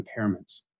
impairments